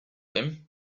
him